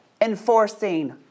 enforcing